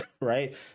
right